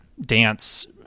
dance